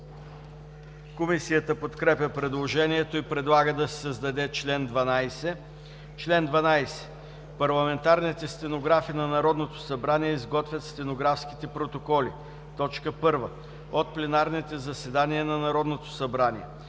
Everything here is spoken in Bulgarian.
Комисията подкрепя предложението и предлага да се създаде чл. 12: „Чл. 12. Парламентарните стенографи на Народното събрание изготвят стенографските протоколи: 1. от пленарните заседания на Народното събрание,